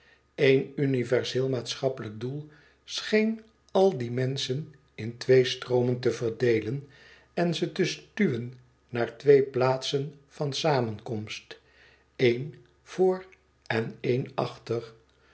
eén universeel maatschappelijk doel scheen al die menschen in twee stroomen te verdeelen en ze te stuwen naar twee plaatsen van samenkomst één voor en één achter